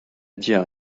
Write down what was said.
dire